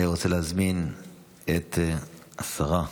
אני רוצה להזמין את השרה,